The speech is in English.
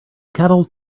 cattle